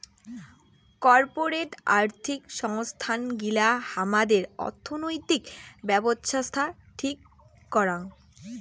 corporate আর্থিক সংস্থান গিলা হামাদের অর্থনৈতিক ব্যাবছস্থা ঠিক করাং